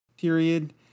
period